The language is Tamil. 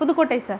புதுக்கோட்டை சார்